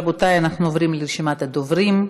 רבותי, אנחנו עוברים לרשימת הדוברים.